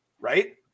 right